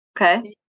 Okay